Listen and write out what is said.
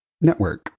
Network